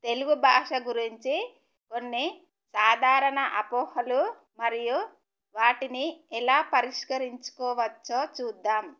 తెలుగు భాష గురించి కొన్ని సాధారణ అపోహలు మరియు వాటిని ఎలా పరిష్కరించుకోవచ్చో చూద్దాము